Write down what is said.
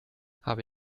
habe